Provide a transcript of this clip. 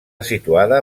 situada